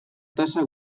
tasa